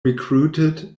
recruited